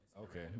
Okay